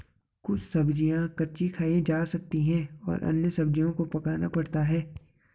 कुछ सब्ज़ियाँ कच्ची खाई जा सकती हैं और अन्य सब्ज़ियों को पकाना पड़ता है